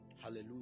Hallelujah